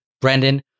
Brandon